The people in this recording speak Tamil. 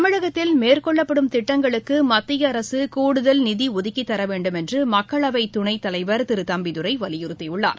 தமிழகத்தில் மேற்கொள்ளப்படும் திட்டங்களுக்கு மத்திய அரசு கூடுதல் நிதி ஒதுக்கித்தர வேண்டும் என்று மக்களவை துணைத்தலைவர் திரு தம்பிதுரை வலியறுத்தியுள்ளார்